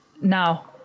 now